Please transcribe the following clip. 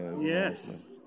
yes